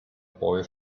boy